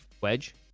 Wedge